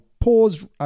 pause